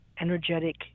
energetic